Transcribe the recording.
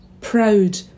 proud